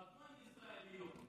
התחתנו עם ישראליות.